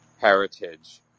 heritage